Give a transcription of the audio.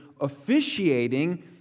officiating